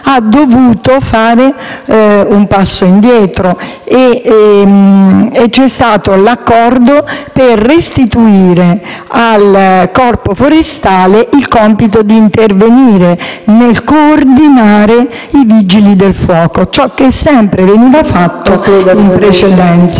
ha dovuto fare un passo indietro e concludere un accordo per restituire al Corpo forestale il compito di intervenire nel coordinare i Vigili del fuoco, come si era sempre fatto in precedenza.